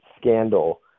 scandal